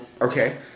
Okay